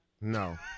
No